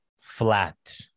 Flat